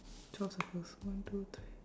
twelve circles one two three